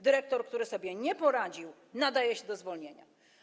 Dyrektor, który sobie nie poradził, nadaje się do zwolnienia.